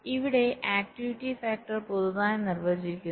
ഇവിടെ activity factor പകുതിയായി നിർവചിച്ചിരിക്കുന്നു